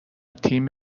تیم